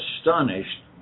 astonished